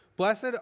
Blessed